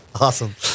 Awesome